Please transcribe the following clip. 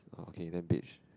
okay then beach